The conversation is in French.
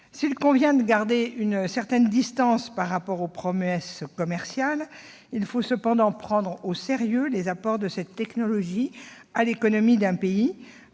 S'il convient de garder une certaine distance par rapport aux promesses commerciales, il faut cependant prendre au sérieux les apports de cette technologie à l'économie d'un pays,